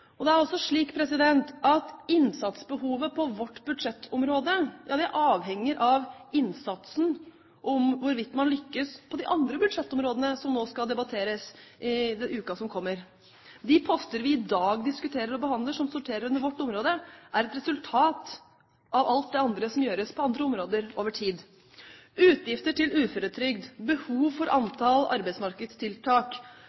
år. Det er også slik at innsatsbehovet på vårt budsjettområde avhenger av innsatsen – og hvorvidt man lykkes – på de andre budsjettområdene som skal debatteres i uken som kommer. De poster som vi i dag diskuterer og behandler som sorterer under vårt område, er et resultat av alt det andre som gjøres på andre områder, over tid. Utgifter til uføretrygd, behovet for